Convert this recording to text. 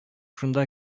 шунда